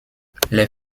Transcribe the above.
les